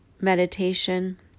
meditation